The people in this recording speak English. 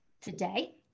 Today